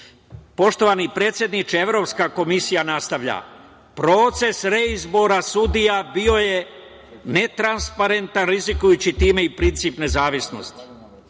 96.Poštovani predsedniče Evropska komisija nastavlja proces reizbora sudija, bio je netransparentan, rizikujući time i princip nezavisnosti,